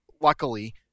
luckily